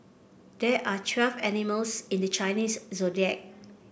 there are twelve animals in the Chinese Zodiac